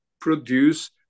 produce